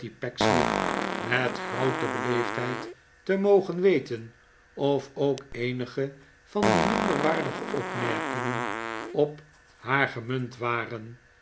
pecksniff met groote beleefdheid te mogen weten of ook eenige van die minderwaardige opmerkingen op haar gemunt waren